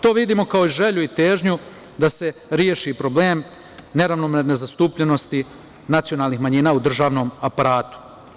To vidimo kao želju i težnju da se reši problem neravnomerne zastupljenosti nacionalnih manjina u državnom aparatu.